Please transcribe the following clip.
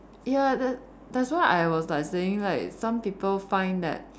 ya that that's why I was like saying like some people find that